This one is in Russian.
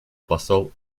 посол